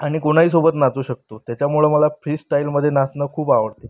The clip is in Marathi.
आणि कोणाही सोबत नाचू शकतो त्याच्यामुळं मला फ्रीस्टाईलमध्ये नाचणं खूप आवडते